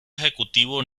ejecutivo